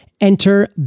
Enter